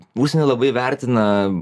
užsieny labai vertina